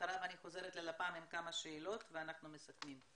אחריו אני חוזרת ללפ"מ עם כמה שאלות ואנחנו מסכמים.